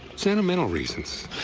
sentimental reasons